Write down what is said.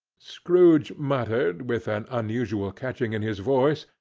scrooge muttered, with an unusual catching in his voice,